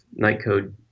Nightcode